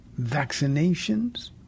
vaccinations